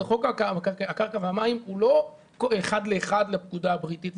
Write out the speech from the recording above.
חוק הקרקע והמים הוא לא אחד לאחד לפקודה הבריטית.